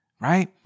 right